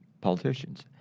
politicians